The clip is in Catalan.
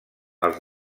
als